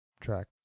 track